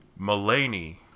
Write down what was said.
Mulaney